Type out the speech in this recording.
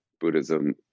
buddhism